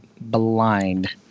blind